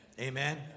Amen